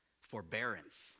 forbearance